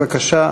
בבקשה,